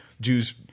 Jews